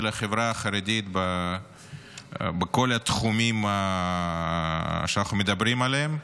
החברה החרדית בכל התחומים שאנחנו מדברים עליהם.